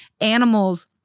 animals